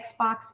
Xbox